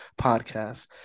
podcast